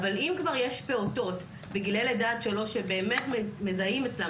אבל אם כבר יש פעוטות בגילאי לידה עד 3 שמזהים אצלם